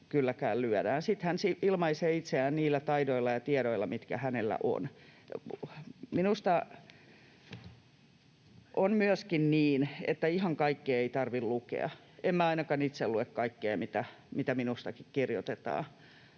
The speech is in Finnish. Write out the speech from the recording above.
Sitten hän ilmaisee itseään niillä taidoilla ja tiedoilla, mitkä hänellä on. Minusta on myöskin niin, että ihan kaikkea ei tarvitse lukea. En minä ainakaan itse lue kaikkea, mitä minustakin kirjoitetaan.